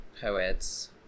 poets